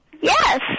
Yes